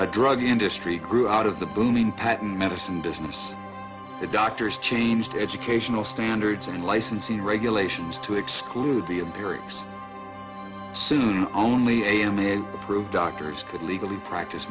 a drug industry grew out of the booming patent medicine business the doctors changed educational standards and licensing regulations to exclude the imperius soon only a in the approved doctors could legally practice